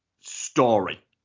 story